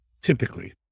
Typically